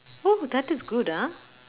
oh that is good ah